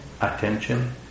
attention